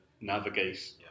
navigate